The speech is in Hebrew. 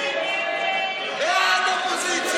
ההצעה